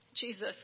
Jesus